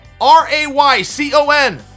R-A-Y-C-O-N